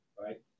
right